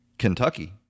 kentucky